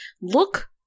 look